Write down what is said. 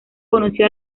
conoció